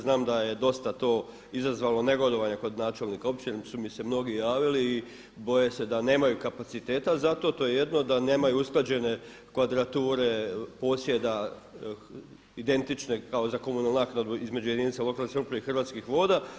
Znam da je dosta to izazvalo negodovanja kod načelnika općine su mi se mnogi javili i boje se da nemaju kapaciteta za to, to je jedno, da nemaju usklađene kvadrature posjeda, identične kao za komunalnu naknadu između jedinica lokalne samouprave i Hrvatskih voda.